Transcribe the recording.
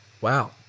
Wow